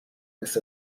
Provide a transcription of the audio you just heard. this